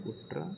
உற்ற